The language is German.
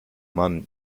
mann